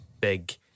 big